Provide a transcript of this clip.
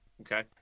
okay